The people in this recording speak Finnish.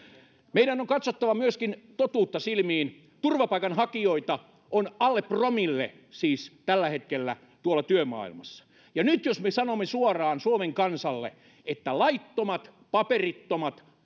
meidän on katsottava myöskin totuutta silmiin turvapaikanhakijoita on siis alle promille tällä hetkellä tuolla työmaailmassa ja nyt jos me sanomme suoraan suomen kansalle että laittomat paperittomat